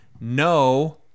no